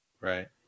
Right